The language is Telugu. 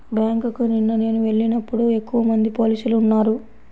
బ్యేంకుకి నిన్న నేను వెళ్ళినప్పుడు ఎక్కువమంది పోలీసులు ఉన్నారు